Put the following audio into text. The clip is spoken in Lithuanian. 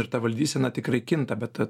ir ta valdysena tikrai kinta bet